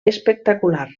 espectacular